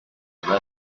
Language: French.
vallée